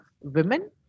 women